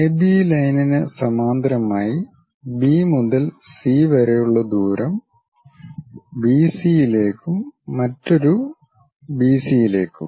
AB ലൈനിന് സമാന്തരമായി B മുതൽ സി വരെയുള്ള ദൂരം ബിസിയിലേക്കും മറ്റൊരു ബിസിയിലേക്കും